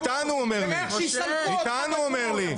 איתנו, הוא אומר לי.